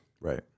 right